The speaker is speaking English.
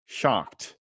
shocked